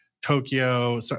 Tokyo